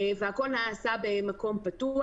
והכל נעשה במקום פתוח.